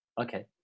okay